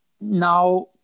now